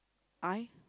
eye